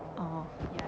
oh